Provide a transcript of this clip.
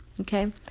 Okay